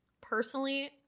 personally